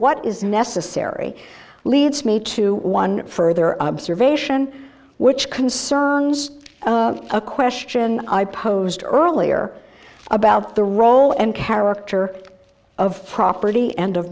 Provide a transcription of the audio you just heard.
what is necessary leads me to one for their observation which concerns a question i posed earlier about the role and character of property and